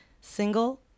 single